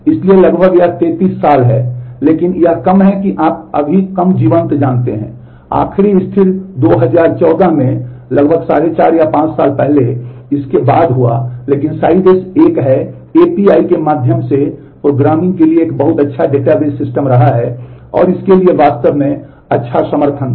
इसलिए यह लगभग 33 साल है लेकिन यह कम है कि आप अभी कम जीवंत जानते हैं आखिरी स्थिर 2014 में लगभग साढ़े 4 या 5 साल पहले और इसके बाद हुआ लेकिन Sybase एक है एपीआई के माध्यम से प्रोग्रामिंग के लिए एक बहुत अच्छा डेटाबेस सिस्टम रहा है और इसके लिए वास्तव में अच्छा समर्थन है